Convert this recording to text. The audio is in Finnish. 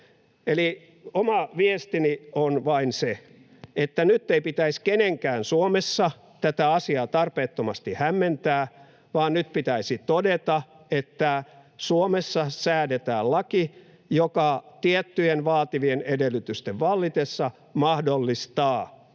oma viestini on vain se, että nyt ei pitäisi kenenkään Suomessa tätä asiaa tarpeettomasti hämmentää, vaan nyt pitäisi todeta, että Suomessa säädetään laki, joka tiettyjen vaativien edellytysten vallitessa mahdollistaa